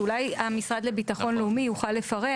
אולי המשרד לביטחון לאומי יוכל לפרט.